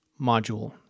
module